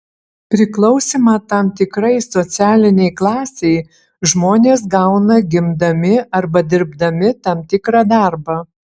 priklausymą tam tikrai socialinei klasei žmonės gauna gimdami arba dirbdami tam tikrą darbą